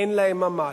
אין להם ממ"ד.